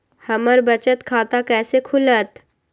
हमर बचत खाता कैसे खुलत?